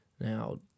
Now